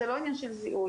זה לא ענין של זיהוי,